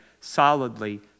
solidly